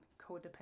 codependent